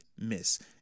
miss